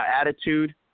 attitude